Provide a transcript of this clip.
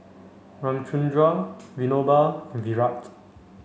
Ramchundra Vinoba and Virat